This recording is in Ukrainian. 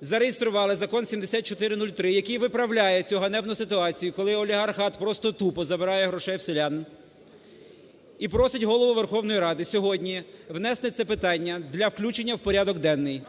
зареєстрували закон 7403, який виправляє цю ганебну ситуацію, коли олігархат просто тупо забирає гроші в селян і просить Голову Верховної Ради сьогодні внести це питання для включення у порядок денний.